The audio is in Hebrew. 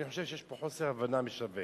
אני חושב שיש פה חוסר הבנה משווע.